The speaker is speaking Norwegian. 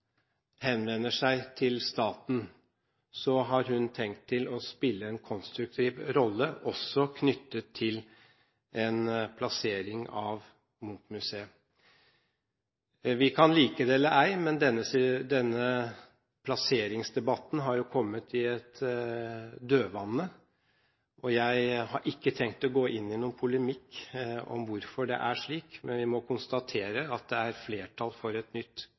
henvender seg til staten, har hun tenkt å spille en konstruktiv rolle også knyttet til en plassering av Munch-museet. Vi kan like det eller ei, men denne plasseringsdebatten har kommet i dødvanne, og jeg har ikke tenkt å gå inn i noen polemikk om hvorfor det er slik. Jeg må konstatere at det er flertall for et nytt